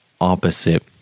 opposite